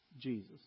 Jesus